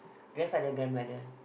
grandfather grandmother